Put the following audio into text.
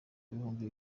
ibihumbi